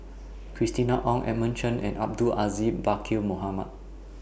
Christina Ong Edmund Cheng and Abdul Aziz Pakkeer Mohamed